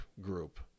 group